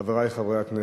חברי חברי הכנסת,